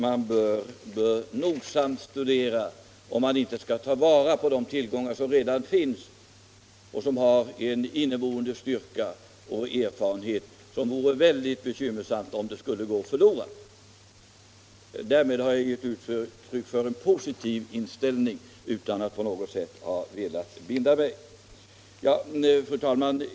Man bör ta vara på de tillgångar som redan finns i form av idéer med en inneboende styrka, och det vore väldigt bekymmersamt om de erfarenheter som gjorts skulle gå förlorade. Därmed har jag givit uttryck för en positiv inställning utan att på något sätt ha velat binda mig. Fru talman!